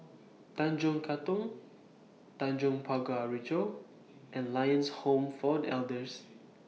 Tanjong Katong Tanjong Pagar Ricoh and Lions Home For The Elders